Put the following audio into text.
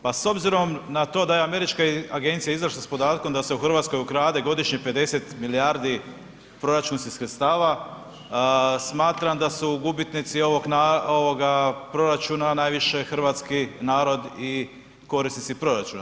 Pa s obzirom na to da je američka agencija izašla s podatkom da se u Hrvatskoj ukrade godišnje 50 milijardi proračunskih sredstava, smatram da su gubitnici ovoga proračuna najviše hrvatski narod i korisnici proračuna.